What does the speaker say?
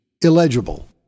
illegible